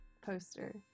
poster